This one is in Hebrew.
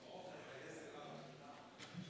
חבריי חברי הכנסת, היה היום רגע שמח